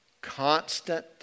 Constant